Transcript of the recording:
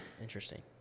Interesting